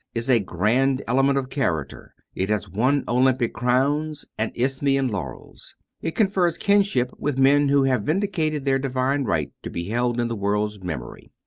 is a grand element of character it has won olympic crowns and isthmian laurels it confers kinship with men who have vindicated their divine right to be held in the world's memory.